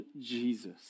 Jesus